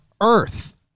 earth